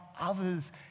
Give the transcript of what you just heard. others